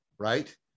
right